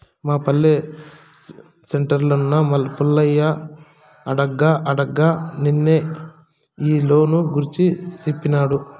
మా పల్లె సెంటర్లున్న పుల్లయ్య అడగ్గా అడగ్గా నిన్నే ఈ లోను గూర్చి సేప్పినాడు